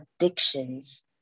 addictions